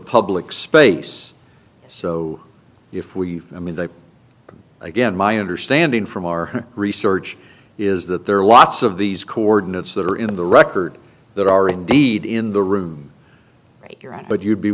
public space so if we i mean the again my understanding from our research is that there are lots of these coordinates that are in the record that are indeed in the room right you're on but you